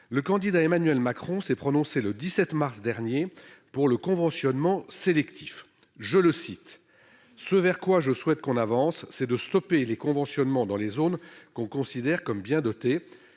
le candidat Emmanuel Macron s'est prononcé le 17 mars dernier pour le conventionnement sélectif, je le cite ce vers quoi je souhaite qu'on avance, c'est de stopper les conventionnement dans les zones qu'on considère comme bien doté,